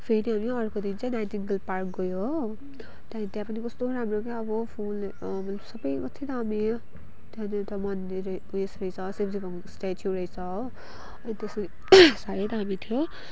फेरि हामी अर्को दिन चाहिँ नाइटिङ्गल पार्क गयो हो त्यहाँदेखि त्यहाँ पनि कस्तो राम्रो क्या अब फुल मतलब सबै कति दामी त्यहाँनिर त मन्दिर र उयस रहेछ शिवजीको इस्टेच्यु रहेछ हो अनि त्यसपछि सायद हामी त्यो